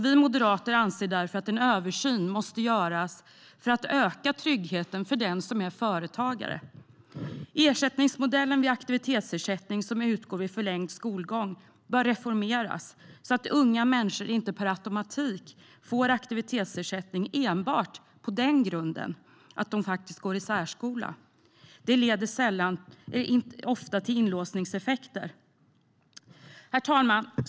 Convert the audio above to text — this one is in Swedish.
Vi moderater anser därför att en översyn måste göras för att öka tryggheten för den som är företagare. Ersättningsmodellen vid aktivitetsersättning som utgår vid förlängd skolgång bör reformeras så att unga människor inte per automatik får aktivitetsersättning enbart på den grunden att de går i särskola. Detta leder ofta till inlåsningseffekter. Herr talman!